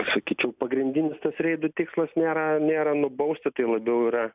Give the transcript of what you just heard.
sakyčiau pagrindinis tas reidų tikslas nėra nėra nubausti tai labiau yra